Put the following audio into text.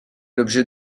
l’objet